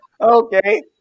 Okay